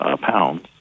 pounds